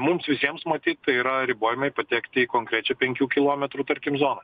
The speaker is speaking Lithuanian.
mums visiems matyt tai yra ribojimai patekti į konkrečią penkių kilometrų tarkim zoną